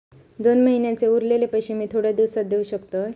दोन महिन्यांचे उरलेले पैशे मी थोड्या दिवसा देव शकतय?